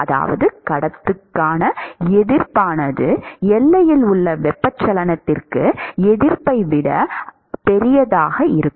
அதாவது கடத்துக்கான எதிர்ப்பானது எல்லையில் உள்ள வெப்பச்சலனத்திற்கு எதிர்ப்பை விட பெரியதாக இருக்கும்